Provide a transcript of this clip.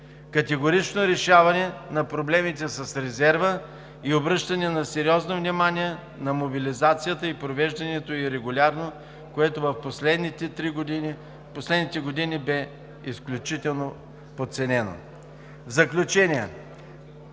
Категорично решаване на проблемите с резерва и обръщане на сериозно внимание на мобилизацията и провеждането ѝ регулярно, което в последните години бе изключително подценено. В заключение,